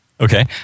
Okay